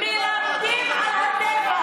מלמדים על הטבח.